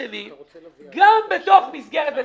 אם אתה רוצה להביא אתך יין אתה משלם קנס.